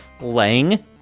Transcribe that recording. Lang